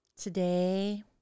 Today